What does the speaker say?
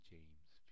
James